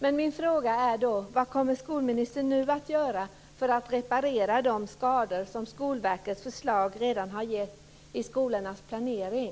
Men min fråga är: Vad kommer skolministern nu att göra för att reparera de skador som Skolverkets förslag redan har åstadkommit i skolornas planering?